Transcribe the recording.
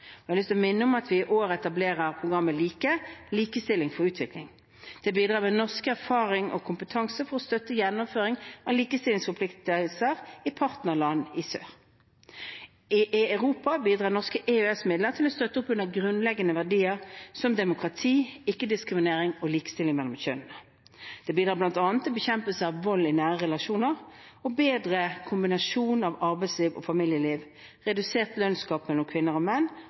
Jeg har lyst til å minne om at vi i år etablerer programmet LIKE – likestilling for utvikling. Det bidrar med norsk erfaring og kompetanse for å støtte gjennomføring av likestillingsforpliktelser i partnerland i sør. I Europa bidrar norske EØS-midler til å støtte opp under grunnleggende verdier som demokrati, ikke-diskriminering og likestilling mellom kjønnene. Det bidrar bl.a. til bekjempelse av vold i nære relasjoner og bedre kombinasjon av arbeidsliv og familieliv, redusert lønnskamp mellom kvinner og menn